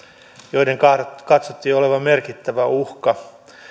joiden katsottiin olevan merkittävä uhka